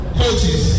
coaches